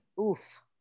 Oof